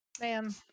Man